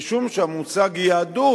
משום שהמושג "יהדות"